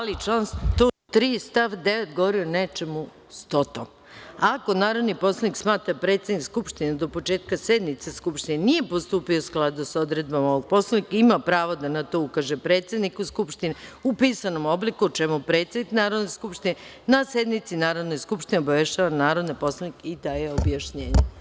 Ali, član 103. stav 9. govori o nečemu stotom – ako narodni poslanik smatra da predsednik Skupštine do početka sednice Skupštine nije postupio u skladu sa odredbama ovog Poslovnika, ima pravo da na to ukaže predsedniku Skupštine u pisanom obliku, o čemu predsednik Narodne skupštine na sednici Narodne skupštine obaveštava narodne poslanike i daje objašnjenje.